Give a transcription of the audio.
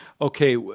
Okay